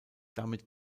damit